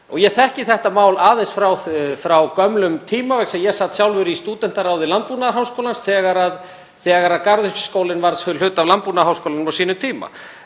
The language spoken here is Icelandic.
Ég þekki þetta mál aðeins frá gömlum tíma vegna þess að ég sat sjálfur í stúdentaráði landbúnaðarháskólans þegar Garðyrkjuskólinn varð hluti af landbúnaðarháskólanum á sínum tíma.